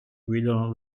guidano